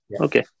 Okay